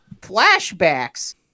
flashbacks